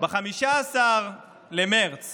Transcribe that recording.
ב-15 במרץ